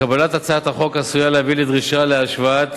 קבלת הצעת החוק עשויה להביא לדרישה להשוואת